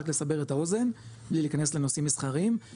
רק לסבר את האוזן בלי להיכנס לנושאים מסחריים,